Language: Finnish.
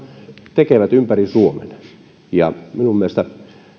tekevät ympäri suomen minun mielestäni